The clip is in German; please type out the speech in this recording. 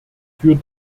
für